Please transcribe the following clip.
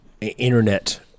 internet